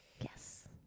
Yes